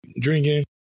drinking